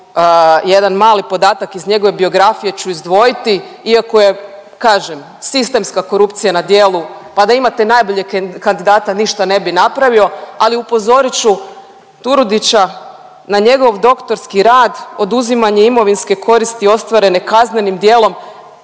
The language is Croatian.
jedan mali podatak iz njegove biografije ću izdvojiti iako je kažem sistemska korupcija na djelu pa da imate najboljeg kandidata ništa ne bi napravio, ali upozorit ću Turudića na njegov doktorski rad oduzimanje imovinske koristi ostvarene kaznenim djelom,